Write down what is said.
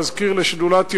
לשדולת ירושלים,